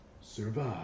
survive